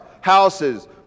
houses